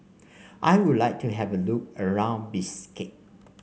I would like to have a look around Bishkek